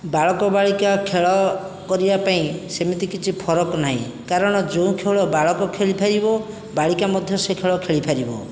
ବାଳକ ବାଳିକା ଖେଳ କରିବା ପାଇଁ ସେମିତି କିଛି ଫରକ ନାହିଁ କାରଣ ଯେଉଁ ଖେଳ ବାଳକ ଖେଳିପାରିବ ବାଳିକା ମଧ୍ୟ ସେ ଖେଳ ଖେଳିପାରିବ